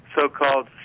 so-called